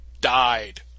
died